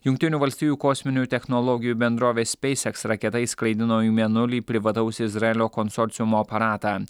jungtinių valstijų kosminių technologijų bendrovės speis eks raketa išskraidino į mėnulį privataus izraelio konsorciumo aparatą